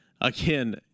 again